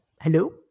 Hello